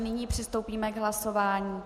Nyní přistoupíme k hlasování.